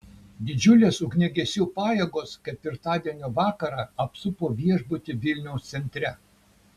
didžiulės ugniagesių pajėgos ketvirtadienio vakarą apsupo viešbutį vilniaus centre